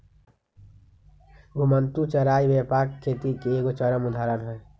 घुमंतू चराई व्यापक खेती के एगो चरम उदाहरण हइ